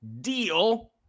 Deal